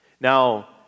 Now